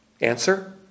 Answer